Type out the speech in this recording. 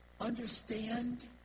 understand